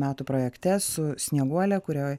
metų projekte su snieguole kurioj